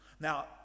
Now